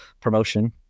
promotion